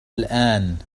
الآن